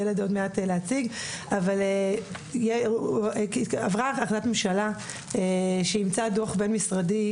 אבל עברה החלטת ממשלה אימצה דו"ח בין משרדי,